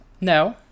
No